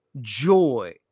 joy